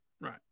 Right